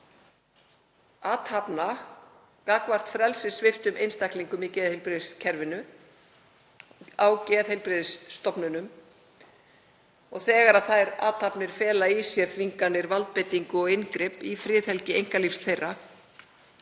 athafna gagnvart frelsissviptum einstaklingum í geðheilbrigðiskerfinu, á geðheilbrigðisstofnunum, og þegar þær athafnir fælu í sér þvinganir, valdbeitingu og inngrip í friðhelgi einkalífs þeirra